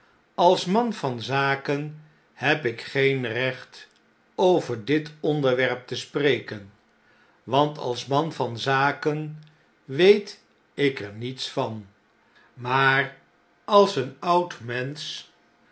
als man van zaken heb ik geen recht over dit onderwerp te spreken want als man van zaken weet ik er niets van maar als een oud mensch